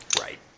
right